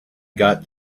got